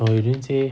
oh you didn't say